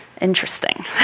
interesting